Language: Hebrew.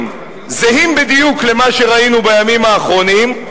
זהים בדיוק למה שראינו בימים האחרונים,